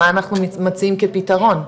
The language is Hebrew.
מה אנחנו מציעים כפתרון?